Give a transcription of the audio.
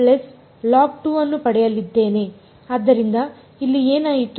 ಆದ್ದರಿಂದ ಇಲ್ಲಿ ಏನಾಯಿತು